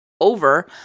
over